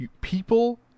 People